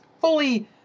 fully